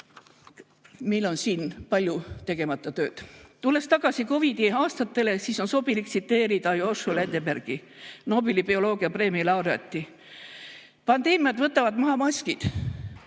Meil on siin palju tegemata tööd. Tulles tagasi COVID‑i aastate juurde, on sobilik tsiteerida Joshua Lederbergi, Nobeli bioloogiapreemia laureaati. Pandeemiad võtavad maha maskid,